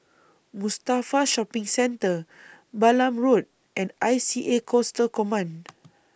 Mustafa Shopping Centre Balam Road and I C A Coastal Command